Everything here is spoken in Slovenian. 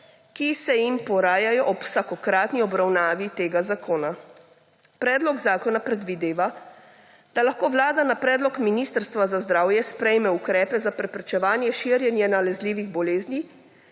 ki se jim porajajo ob vsakokratni obravnavi tega zakona. Predlog zakona predvideva, da lahko Vlada na predlog Ministrstva za zdravje sprejme ukrepe za preprečevanje širjenja nalezljivih bolezni